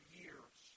years